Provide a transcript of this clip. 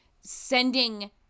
sending